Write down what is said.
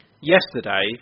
Yesterday